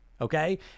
okay